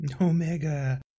Omega